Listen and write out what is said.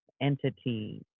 entity